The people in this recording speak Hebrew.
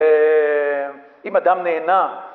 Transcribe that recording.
אם אדם נהנה